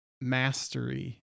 mastery